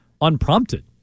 unprompted